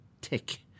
tick